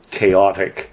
chaotic